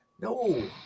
no